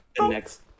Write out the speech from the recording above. next